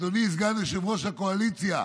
אדוני סגן יושב-ראש הקואליציה,